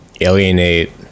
alienate